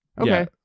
Okay